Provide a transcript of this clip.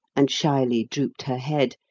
and shyly drooped her head,